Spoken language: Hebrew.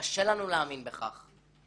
קשה לנו להאמין בכך.